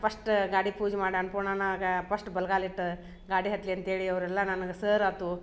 first ಗಾಡಿ ಪೂಜೆ ಮಾಡಿ ಅನ್ನಪೂರ್ಣನಾಗ ಪಸ್ಟ್ ಬಲ್ಗಾಲಿಟ್ಟು ಗಾಡಿ ಹತ್ಲಿ ಅಂತೇಳಿ ಅವರೆಲ್ಲ ನನ್ಗ ಸಾರ್ ಅತು